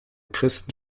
christen